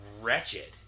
wretched